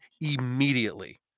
immediately